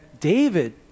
David